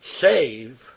save